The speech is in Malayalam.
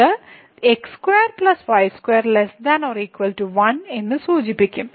ഇത് x2 y2 ≤ 1 എന്ന് സൂചിപ്പിക്കും